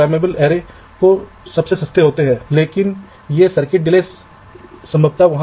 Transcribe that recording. ऊर्ध्वाधर तार दूसरी परत में चलते हैं और क्षैतिज तारों को जोड़ते हैं ब्लॉक निकटतम वीडीडी और जमीन से जुड़ता है